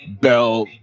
bell